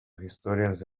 historians